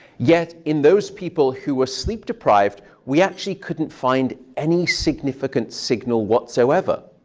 yet in those people who were sleep deprived, we actually couldn't find any significant signal whatsoever.